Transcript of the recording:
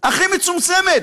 הכי מצומצמת,